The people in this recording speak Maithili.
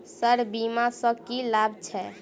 सर बीमा सँ की लाभ छैय?